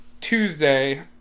Tuesday